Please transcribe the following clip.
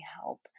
help